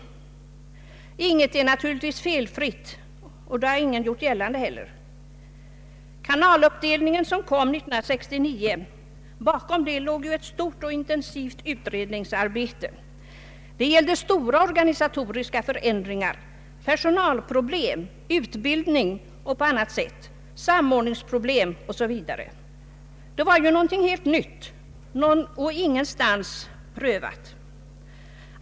Inget är naturligtvis felfritt. Det har inte heller någon gjort gällande. Bakom beslutet om en kanaluppdelning år 1969 låg ett intensivt utredningsarbete. Det innebar stora organisatoriska förändringar, personalproblem, utbildningsproblem, samordningsproblem m.m. Det var här fråga om någonting helt nytt och aldrig någonsin prövat.